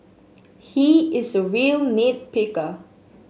he is a real nit picker